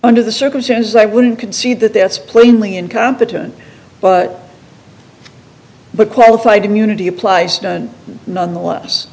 under the circumstances i wouldn't concede that there's plainly incompetent but but qualified immunity applies nonetheless